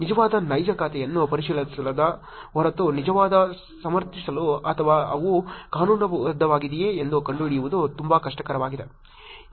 ನಿಜವಾದ ನೈಜ ಖಾತೆಯನ್ನು ಪರಿಶೀಲಿಸದ ಹೊರತು ನಿಜವಾಗಿ ಸಮರ್ಥಿಸಲು ಅಥವಾ ಅವು ಕಾನೂನುಬದ್ಧವಾಗಿದೆಯೇ ಎಂದು ಕಂಡುಹಿಡಿಯುವುದು ತುಂಬಾ ಕಷ್ಟಕರವಾಗಿರುತ್ತದೆ